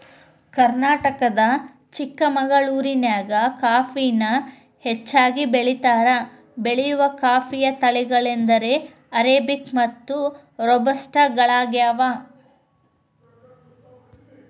ಕರ್ನಾಟಕದ ಚಿಕ್ಕಮಗಳೂರಿನ್ಯಾಗ ಕಾಫಿನ ಹೆಚ್ಚಾಗಿ ಬೆಳೇತಾರ, ಬೆಳೆಯುವ ಕಾಫಿಯ ತಳಿಗಳೆಂದರೆ ಅರೇಬಿಕ್ ಮತ್ತು ರೋಬಸ್ಟ ಗಳಗ್ಯಾವ